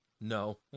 no